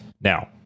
Now